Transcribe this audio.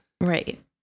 Right